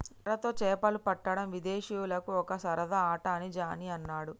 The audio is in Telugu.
ఎరతో చేపలు పట్టడం విదేశీయులకు ఒక సరదా ఆట అని జానీ అన్నాడు